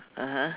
(uh huh)